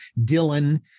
Dylan